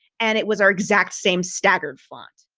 and it was our exact same staggered font.